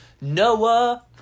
Noah